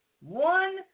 one